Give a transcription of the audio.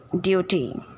duty